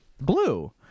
Blue